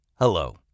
Hello